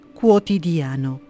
quotidiano